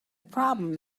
problem